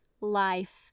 life